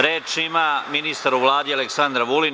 Reč ima ministar u Vladi Aleksandar Vulin.